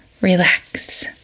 relax